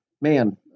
Man